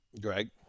Greg